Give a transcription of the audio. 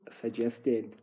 suggested